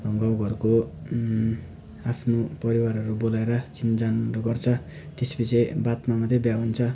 अब गाउँघरको आफ्नो परिवारहरू बोलाएर चिनाजानहरू गर्छ त्यसपछि बादमा मात्रै बिहा हुन्छ